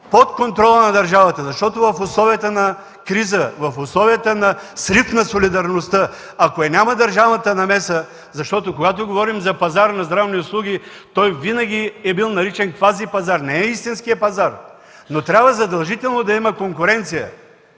под контрола на държавата, защото в условията на криза, в условията на срив на солидарността, ако я няма държавната намеса, когато говорим за пазар на здравни услуги, той винаги е бил наричан „квазипазар”, не е истинският пазар, трябва задължително да има конкуренция!